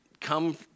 come